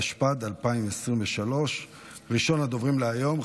התשפ"ד 2023. ראשון הדוברים להיום,